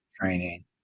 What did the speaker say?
training